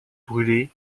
brûlé